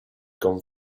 gone